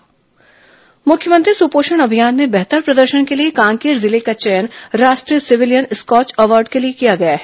राष्ट्रीय Skoch award मुख्यमंत्री सुपोषण अभियान में बेहतर प्रदर्शन के लिए कांकेर जिले का चयन राष्ट्रीय सिविलियन स्कॉच अवॉर्ड के लिए किया गया है